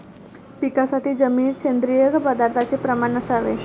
पिकासाठी जमिनीत सेंद्रिय पदार्थाचे प्रमाण असावे